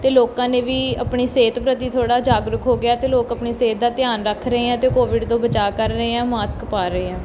ਅਤੇ ਲੋਕਾਂ ਨੇ ਵੀ ਆਪਣੀ ਸਿਹਤ ਪ੍ਰਤੀ ਥੋੜ੍ਹਾ ਜਾਗਰੂਕ ਹੋ ਗਿਆ ਅਤੇ ਲੋਕ ਆਪਣੀ ਸਿਹਤ ਦਾ ਧਿਆਨ ਰੱਖ ਰਹੇ ਆ ਅਤੇ ਕੋਵਿਡ ਤੋਂ ਬਚਾਅ ਕਰ ਰਹੇ ਆ ਮਾਸਕ ਪਾ ਰਹੇ ਆ